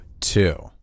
two